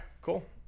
cool